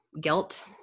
Guilt